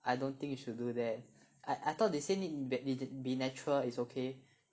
I don't think you should do that I I thought they say need be need to be natural is okay